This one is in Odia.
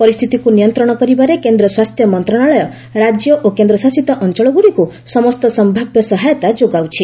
ପରିସ୍ଥିତିକୁ ନିୟନ୍ତ୍ରଣ କରିବାରେ କେନ୍ଦ୍ର ସ୍ୱାସ୍ଥ୍ୟ ମନ୍ତ୍ରଣାଳୟ ରାଜ୍ୟ ଓ କେନ୍ଦ୍ରଶାସିତ ଅଞ୍ଚଳଗୁଡ଼ିକୁ ସମସ୍ତ ସମ୍ଭାବ୍ୟ ସହାୟତା ଯୋଗାଉଛି